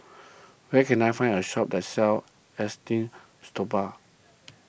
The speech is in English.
where can I find a shop that sells Esteem Stoma